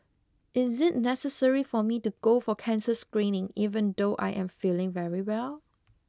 is it necessary for me to go for cancer screening even though I am feeling very well